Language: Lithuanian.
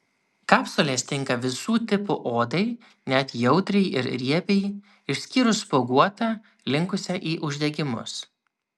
kapsulės tinka visų tipų odai net jautriai ir riebiai išskyrus spuoguotą linkusią į uždegimus